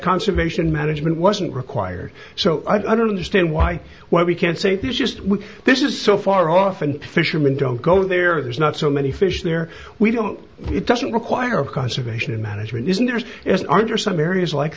conservation management wasn't required so i don't understand why why we can't say there's just when this is so far off and fishermen don't go there there's not so many fish there we don't it doesn't require a conservation management isn't theirs is under some areas like